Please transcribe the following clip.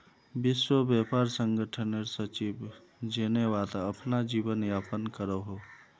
विश्व व्यापार संगठनेर सचिव जेनेवात अपना जीवन यापन करोहो